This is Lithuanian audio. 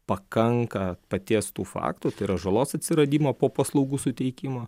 pakanka paties tų faktų tai yra žalos atsiradimo po paslaugų suteikimo